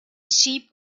sheep